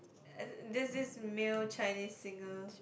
there's this male Chinese singer